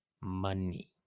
money